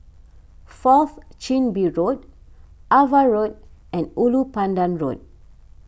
Fourth Chin Bee Road Ava Road and Ulu Pandan Road